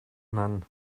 mann